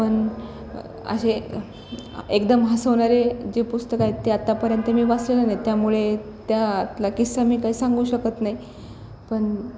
पण असे एकदम हसवणारे जे पुस्तक आहेत ते आत्तापर्यंत मी वाचलेलं नाही त्यामुळे त्यातला किस्सा मी काही सांगू शकत नाही पण